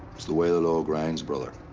just the way the law grinds, brother.